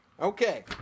Okay